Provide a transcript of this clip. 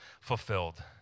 fulfilled